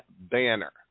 banner